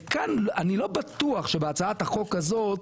וכאן אני לא בטוח שבהצעת החוק הזאת